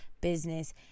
business